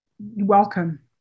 welcome